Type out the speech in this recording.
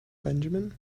benjamin